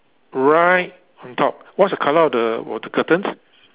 right on top what's the colour of the of the curtains